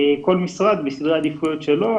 כל משרד בסדר העדיפויות שלו.